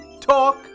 talk